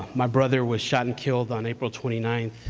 ah my brother was shot and killed on april twenty nine,